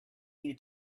you